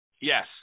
Yes